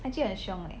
看起来很凶 leh